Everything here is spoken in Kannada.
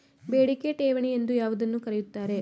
ಬೇಡಿಕೆ ಠೇವಣಿ ಎಂದು ಯಾವುದನ್ನು ಕರೆಯುತ್ತಾರೆ?